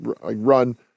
run